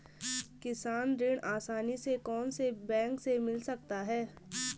किसान ऋण आसानी से कौनसे बैंक से मिल सकता है?